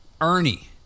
ernie